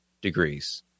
degrees